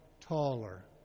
taller